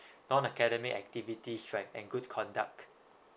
non academic activities right and good conduct